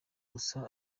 gusa